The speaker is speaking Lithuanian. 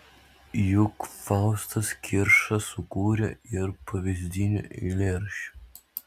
juk faustas kirša sukūrė ir pavyzdinių eilėraščių